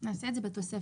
נעשה את זה בתופסת.